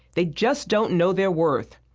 they just don't know their worth.